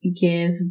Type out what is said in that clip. give